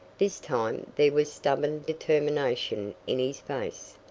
this time there was stubborn determination in his face.